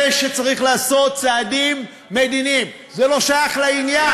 זה שצריך לעשות צעדים מדיניים זה לא שייך לעניין.